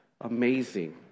amazing